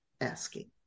asking